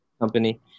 company